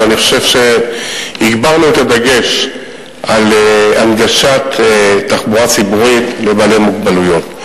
אבל אני חושב שהגברנו את הדגש על הנגשת תחבורה ציבורית לבעלי מוגבלות.